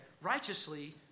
righteously